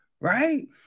right